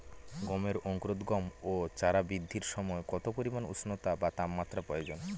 গমের অঙ্কুরোদগম ও চারা বৃদ্ধির সময় কত পরিমান উষ্ণতা বা তাপমাত্রা প্রয়োজন?